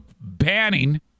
banning